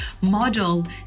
model